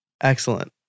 Excellent